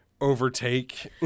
overtake